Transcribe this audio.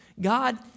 God